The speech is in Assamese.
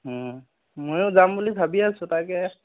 মইয়ো যাম বুলি ভাবি আছো তাকে